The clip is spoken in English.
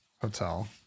hotel